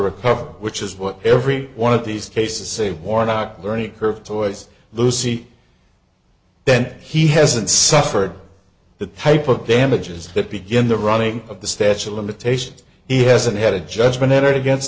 recover which is what every one of these cases say warnock learning curve toys lucy then he hasn't suffered the type of damages that begin the running of the statue of limitations he hasn't had a judgment entered against